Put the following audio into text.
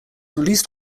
released